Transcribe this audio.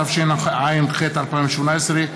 התשע"ח 2018,